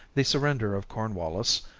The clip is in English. the surrender of cornwallis,